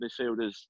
midfielders